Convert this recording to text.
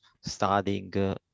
studying